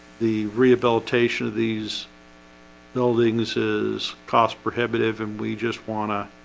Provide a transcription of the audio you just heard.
the rehabilitation of these buildings is cost prohibitive and we just want to